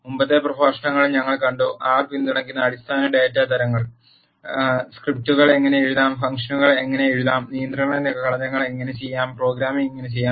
മുമ്പത്തെ പ്രഭാഷണങ്ങളിൽ ഞങ്ങൾ കണ്ടു ആർ പിന്തുണയ്ക്കുന്ന അടിസ്ഥാന ഡാറ്റ തരങ്ങൾ സ്ക്രിപ്റ്റുകൾ എങ്ങനെ എഴുതാം ഫംഗ്ഷനുകൾ എങ്ങനെ എഴുതാം നിയന്ത്രണ ഘടനകൾ എങ്ങനെ ചെയ്യാം പ്രോഗ്രാമിംഗ് എങ്ങനെ ചെയ്യാം